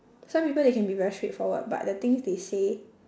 some people they can be very straightforward but the things they say